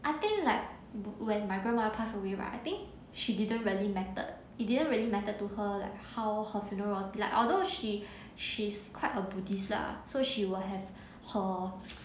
I think like when my grandmother passed away right I think she didn't really mattered it didn't really mattered to her like how her funeral was like although she she's quite a buddhist lah so she will have her